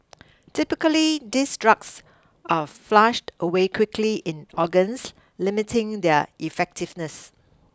typically these drugs are flushed away quickly in organs limiting their effectiveness